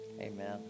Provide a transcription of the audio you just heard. Amen